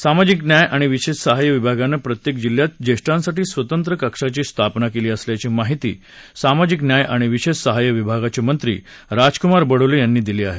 सामाजिक न्याय आणि विशेष सहाय्य विभागानं प्रत्येक जिल्ह्यात ज्येष्ठांसाठी स्वतंत्र्य कक्षाची स्थापना केली असल्याची माहिती सामाजिक न्याय आणि विशेष सहाय्य विभागाचे मंत्री राजकुमार बडोले यांनी दिली आहे